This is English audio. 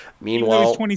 Meanwhile